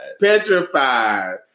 Petrified